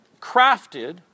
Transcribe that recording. crafted